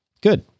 good